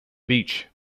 beach